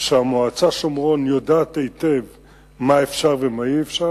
שהמועצה שומרון יודעת היטב מה אפשר ומה אי-אפשר.